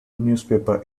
newspaper